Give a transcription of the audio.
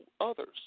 others